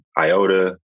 IOTA